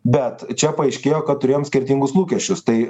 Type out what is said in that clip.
bet čia paaiškėjo kad turėjom skirtingus lūkesčius tai